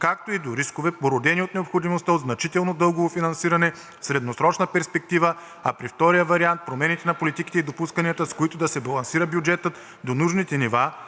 както и до рискове, породени от необходимостта от значително дългово финансиране в средносрочна перспектива, а при втория вариант – промените на политиките и допусканията, с които да се балансира бюджетът до нужните нива,